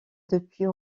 depuis